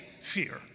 fear